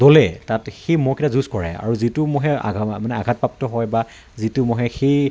দলে তাত সেই ম'হকেইটা যুঁজ কৰায় আৰু যিটো ম'হে মানে আঘাতপ্ৰাপ্ত হয় বা যিটো ম'হে সেই